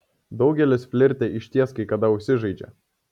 daugelis flirte išties kai kada užsižaidžia